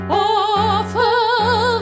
awful